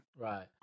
Right